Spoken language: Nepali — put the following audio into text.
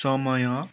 समय